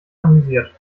amüsiert